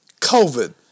COVID